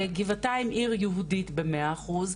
וגבעתיים עיר יהודית במאה אחוז,